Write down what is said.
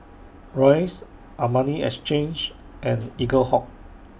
Royce Armani Exchange and Eaglehawk